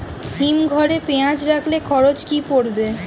হিম ঘরে পেঁয়াজ রাখলে খরচ কি পড়বে?